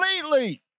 completely